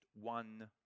one